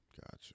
Gotcha